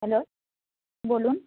hello বলুন